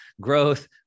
growth